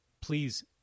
Please